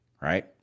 right